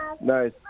Nice